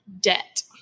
debt